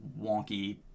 wonky